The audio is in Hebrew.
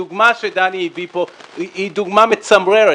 הדוגמה שדני הביא פה היא דוגמה מצמררת,